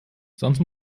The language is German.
sonst